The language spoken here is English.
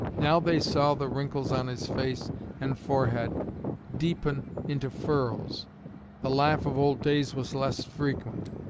now they saw the wrinkles on his face and forehead deepen into furrows the laugh of old days was less frequent,